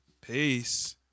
peace